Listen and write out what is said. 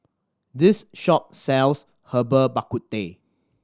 this shop sells Herbal Bak Ku Teh